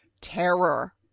terror